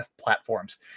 platforms